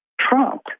Trump